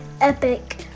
Epic